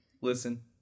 Listen